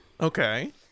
Okay